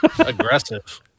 Aggressive